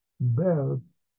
birds